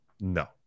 No